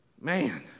man